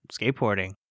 skateboarding